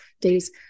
days